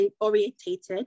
oriented